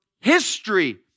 history